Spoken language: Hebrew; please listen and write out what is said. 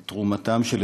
כתומך.